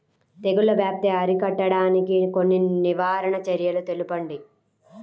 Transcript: తెగుళ్ల వ్యాప్తి అరికట్టడానికి కొన్ని నివారణ చర్యలు తెలుపండి?